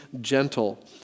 gentle